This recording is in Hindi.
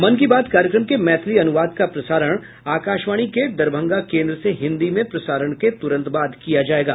मन की बात कार्यक्रम के मैथिली अनुवाद का प्रसारण आकाशवाणी के दरभंगा केन्द्र से हिन्दी में प्रसारण के तुरंत बाद किया जायेगा